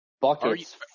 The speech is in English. buckets